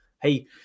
Hey